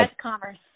Commerce